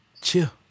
Chill